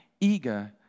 eager